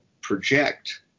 project